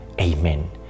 Amen